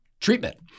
treatment